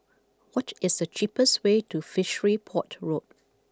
What is the cheapest way to Fishery Port Road